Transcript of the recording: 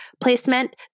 placement